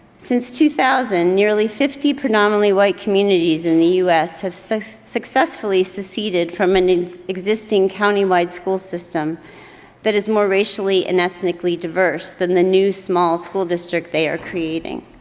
since two thousand, nearly fifty predominantly white communities in the us have so so successfully seceded from an existing countywide school system that is more racially and ethnically diverse than the new small school district they are creating.